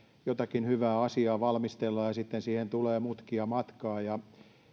jotakin hyvää asiaa valmistellaan sitten siihen tulee mutkia matkaan